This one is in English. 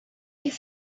his